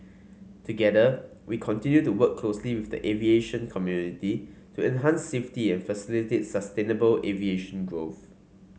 together we continue to work closely with the aviation community to enhance safety and facilitate sustainable aviation growth